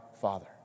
Father